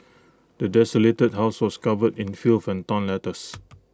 the desolated house was covered in filth and torn letters